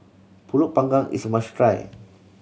Pulut Panggang is a must try